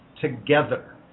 together